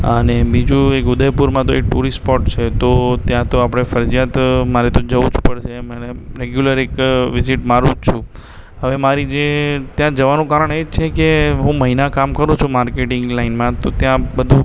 અને બીજું એક ઉદયપુરમાં તો ટુરિસ્ટ સ્પૉટ છે તો ત્યાં તો આપણે ફરજીયાત મારે તો જવું જ પડશે મને રેગ્યુલર એક વિઝિટ મારું જ છું હવે મારી જે ત્યાં જવાનું કારણ એ જ છે કે હું મહિના કામ કરું છું માર્કેટિંગ લાઇનમાં તો ત્યાં બધું